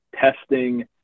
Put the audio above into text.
testing